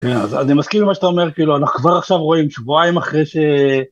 כן, אז אני מסכים למה שאתה אומר, כאילו, אנחנו כבר עכשיו רואים שבועיים אחרי ש...